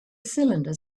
cylinder